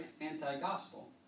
anti-gospel